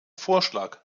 vorschlag